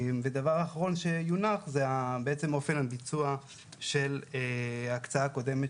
הדבר האחרון שיונח הוא בעצם אופן הביצוע של ההקצאה הקודמת,